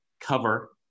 cover